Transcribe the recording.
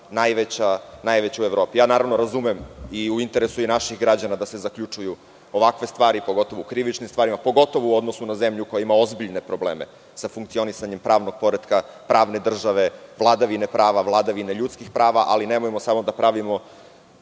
najveća u Evropi. Razumem ja da se zaključuju ovakve stvari, pogotovo u krivičnim stvarima, pogotovo u odnosu na zemlje koja ima ozbiljne probleme sa funkcionisanjem pravnog poretka pravne države, vladavine prava, vladavine ljudskih prava, ali nemojmo samo da pravimo